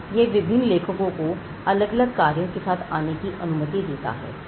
यह विभिन्न लेखकों को अलग अलग कार्यों के साथ आने की अनुमति देता है